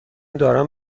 دارم